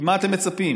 כי מה אתם מצפים,